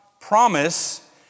promise